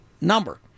number